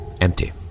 empty